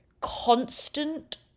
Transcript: constant